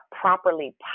properly